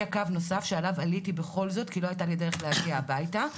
קו נוסף שעליו עליתי בכל זאת כי לא הייתה לי דרך להגיע הביתה.